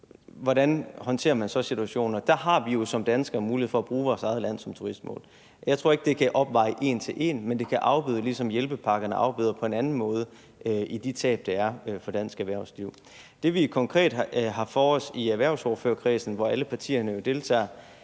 hvordan håndterer man så situationen? Og der har vi jo som danskere mulighed for at bruge vores eget land som turistmål. Jeg tror ikke, at det kan opveje det en til en, men det kan afbøde det, ligesom hjælpepakkerne afbøder på en anden måde, hvad angår de tab, der er for dansk erhvervsliv. Det, vi konkret har for os i erhvervsordførerkredsen, hvor alle partierne jo deltager,